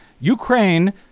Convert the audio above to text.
Ukraine